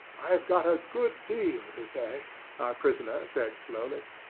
i've got a good deal to say, our prisoner said slowly.